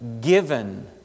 given